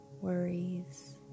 worries